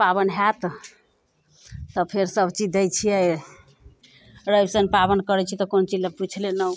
पाबनि होयत तऽ फेर सभचीज दय छियै रवि शनि पाबनि करैत छी तऽ कोनो चीज लऽ पुछि लेलहुँ